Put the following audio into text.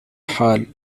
حال